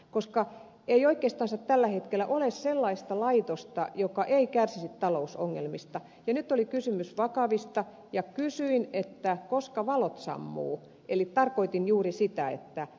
koska ei oikeastaan tällä hetkellä ole sellaista laitosta joka ei kärsisi talousongelmista ja nyt oli kysymys vakavista ja kysyin että koska valot sammuu eli tarkoitin juuri sitä että milloinka